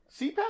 CPAP